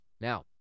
Now